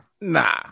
nah